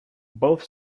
both